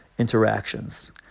interactions